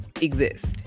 exist